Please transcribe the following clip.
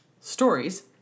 Stories